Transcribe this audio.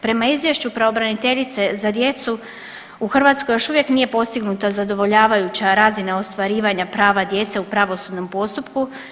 Prema izvješću pravobraniteljice za djecu u Hrvatskoj još uvijek nije postignuta zadovoljavajuća razina ostvarivanja prava djece u pravosudnom postupku.